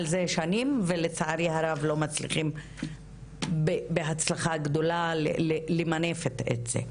זה שנים ולצערי הרב לא מצליחים בהצלחה גדולה למנף את זה.